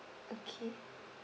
okay